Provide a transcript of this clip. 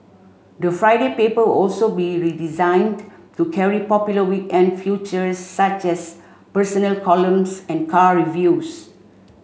the Friday paper also be redesigned to carry popular weekend feature such as personal columns and car reviews